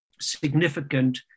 significant